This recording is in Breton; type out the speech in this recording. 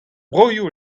broioù